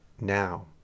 now